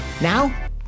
Now